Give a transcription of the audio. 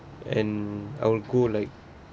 and I'll go like